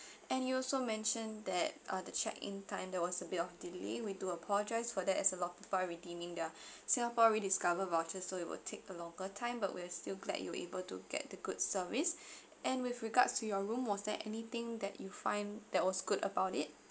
and you also mentioned that uh the check in time there was a bit of delay we do apologise for that as a lot of people are redeeming their singapore rediscover voucher so it will take a longer time but we're still glad you were able to get the good service and with regards to your room was there anything that you find that was good about it